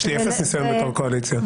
יש לי אפס ניסיון בתור קואליציה.